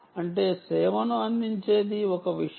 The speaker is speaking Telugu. ఒక విషయం ఏమిటంటేసేవను అందించేది సర్వీస్ ప్రొవైడర్